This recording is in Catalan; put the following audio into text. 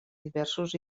diversos